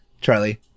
charlie